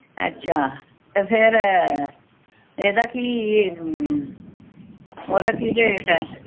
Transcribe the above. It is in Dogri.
अच्छा ते फिर एहदा कि ओहदा कि रेट ऐ